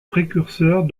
précurseurs